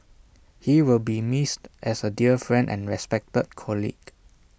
he will be missed as A dear friend and respected colleague